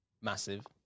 massive